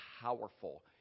powerful